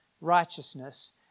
righteousness